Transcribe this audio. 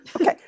Okay